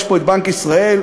יש בנק ישראל,